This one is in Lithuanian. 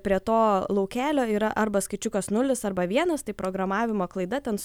prie to laukelio yra arba skaičiukas nulis arba vienas tai programavimo klaida ten